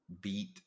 beat